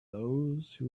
those